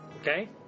Okay